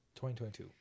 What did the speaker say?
2022